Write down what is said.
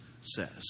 says